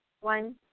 one